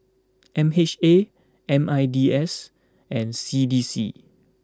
M H A M I N D S and C D C